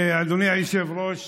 אדוני היושב-ראש,